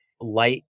light